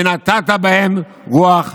ובדיוק כמו שאתה לא תוריד את הכיפה ואתה רואה בזה